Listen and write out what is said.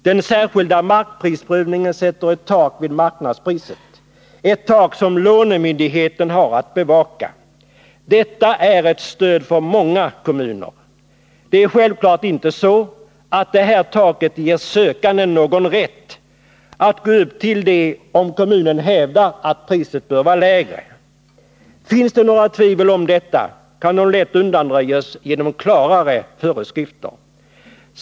Den särskilda markprisprövningen sätter ett tak vid marknadspriset — ett tak som lånemyndigheten har att bevaka. Detta är ett stöd för många kommuner. Det är självfallet inte så, att det här taket ger sökanden någon rätt att gå upp till det, om kommunen hävdar att priset bör vara lägre. Finns det några tvivel om detta kan de lätt undanröjas genom klarare föreskrifter.